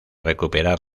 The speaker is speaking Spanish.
recuperar